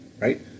right